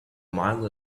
mile